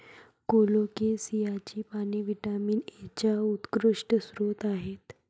कोलोकेसियाची पाने व्हिटॅमिन एचा उत्कृष्ट स्रोत आहेत